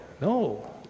No